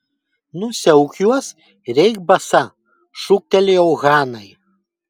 nusiauk juos ir eik basa šūktelėjau hanai